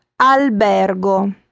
albergo